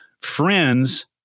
friends